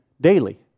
daily